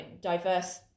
diverse